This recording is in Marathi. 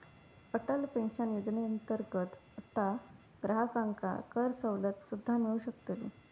अटल पेन्शन योजनेअंतर्गत आता ग्राहकांका करसवलत सुद्दा मिळू शकतली